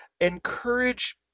encourage